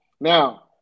now